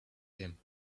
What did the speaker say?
him